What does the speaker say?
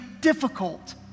difficult